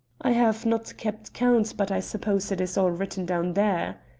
i have not kept count, but i suppose it is all written down there.